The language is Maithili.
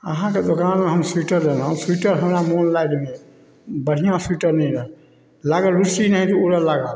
अहाँके दोकानमे हम स्वीटर लेलहुॅं स्वीटर हमरा मोन लायक नहि बढ़ियाँ स्वीटर नहि रहए लागल रुस्सी नहैत उड़ऽ लागल